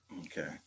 okay